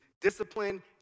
Discipline